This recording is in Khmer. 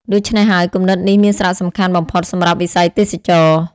ដូច្នេះហើយ គំនិតនេះមានសារៈសំខាន់បំផុតសម្រាប់វិស័យទេសចរណ៍។